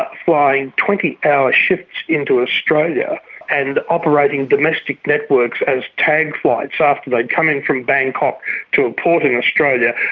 but flying twenty hour shifts into australia and operating domestic networks as tag flights after they'd come in from bangkok to a port in australia.